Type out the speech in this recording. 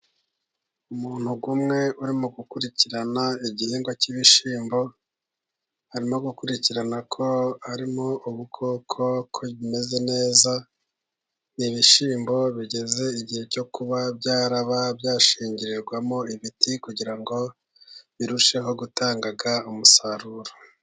Umuntu umwe uri gukurikirana igihingwa cy'ibishyimbo, arimo gukurikirana ko harimo ubukoko, ko bimeze neza, n'ibishyimbo bigeze igihe cyo kuba byaraba, byashingirirwamo ibiti, kugira ngo birusheho gutanga umusaruro.